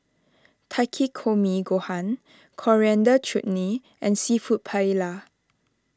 Takikomi Gohan Coriander Chutney and Seafood Paella